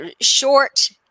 short